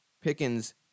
Pickens